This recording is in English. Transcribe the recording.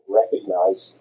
recognize